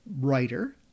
writer